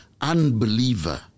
unbeliever